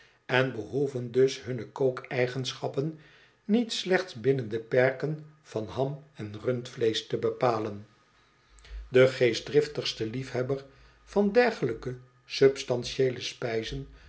en behoeven dus hunne kookeigenschappen niet slechts binnen de perken van ham en rundvleesch te bepalen de geestdriftigste liefhebber van dergelijke substantieele spijzen